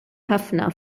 ħafna